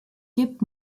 gibt